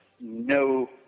no